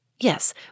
Yes